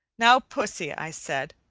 now, pussy, i said,